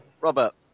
Robert